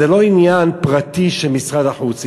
זה לא עניין פרטי של משרד החוץ.